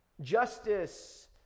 Justice